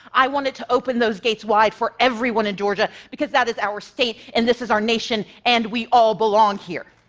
i wanted to open those gates wide for everyone in georgia, because that is our state, and this is our nation, and we all belong here.